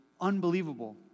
unbelievable